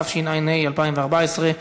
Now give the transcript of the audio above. התשע"ה 2014,